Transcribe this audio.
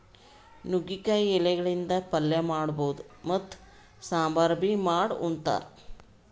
ನುಗ್ಗಿಕಾಯಿ ಎಲಿಗಳಿಂದ್ ಪಲ್ಯ ಮಾಡಬಹುದ್ ಮತ್ತ್ ಸಾಂಬಾರ್ ಬಿ ಮಾಡ್ ಉಂತಾರ್